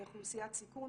אוכלוסיית סיכון.